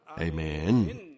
Amen